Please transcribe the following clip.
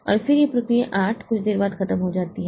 और फिर यह प्रक्रिया 8 कुछ देर बाद खत्म हो जाती है